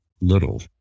little